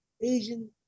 Asian